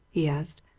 he asked.